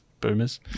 boomers